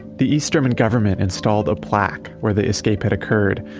the east german government installed a plaque where the escaped had occurred,